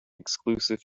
exclusive